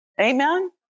Amen